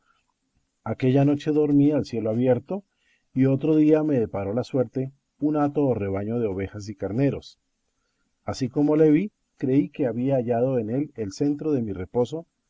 aquella noche dormí al cielo abierto y otro día me deparó la suerte un hato o rebaño de ovejas y carneros así como le vi creí que había hallado en él el centro de mi reposo